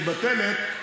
מתבטלת,